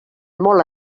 molt